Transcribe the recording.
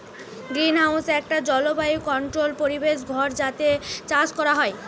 greenhouse একটা জলবায়ু controlled পরিবেশ ঘর যাতে চাষ কোরা হয়